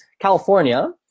California